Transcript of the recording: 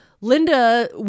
Linda